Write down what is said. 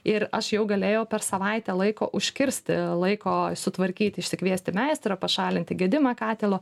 ir aš jau galėjau per savaitę laiko užkirsti laiko sutvarkyti išsikviesti meistrą pašalinti gedimą katilo